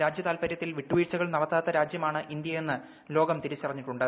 രാജ്യ താൽപര്യത്തിൽവിട്ടുവീഴ്ചകൾ നടത്താത്ത രാജ്യമാണ്ഇന്തൃയെന്ന്ലോകംതിരിച്ചറിഞ്ഞിട്ടുണ്ട്